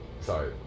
Sorry